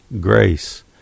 Grace